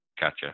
Gotcha